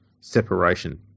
separation